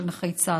של נכי צה"ל?